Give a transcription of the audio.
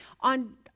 on